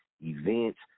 events